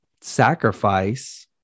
sacrifice